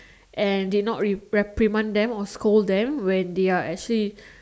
and did not reprimand them or scold them when they're actually